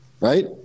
Right